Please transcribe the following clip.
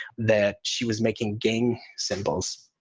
that she was making gang symbols.